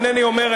אינני אומר,